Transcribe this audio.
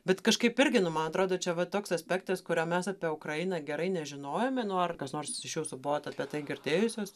bet kažkaip irgi nu man atrodo čia va toks aspektas kurio mes apie ukrainą gerai nežinojome nu ar kas nors iš jūsų buvot apie tai girdėjusios